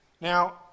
Now